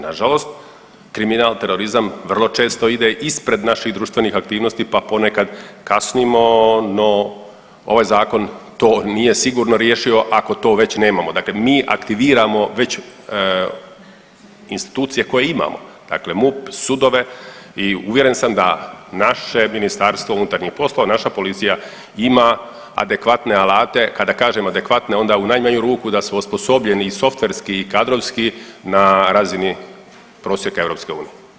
Nažalost kriminal, terorizam vrlo često ide ispred naših društvenih aktivnosti pa ponekad kasnimo, no ovaj Zakon to nije sigurno riješio, ako to već nemamo, dakle mi aktiviramo već institucije koje imamo, dakle MUP, sudove i uvjeren sam da naše Ministarstvo unutarnjih poslova, naša policija ima adekvatne alate, kada kažem adekvatne, onda u najmanju ruku da su osposobljeni i softverski i kadrovski na razini prosjeka EU.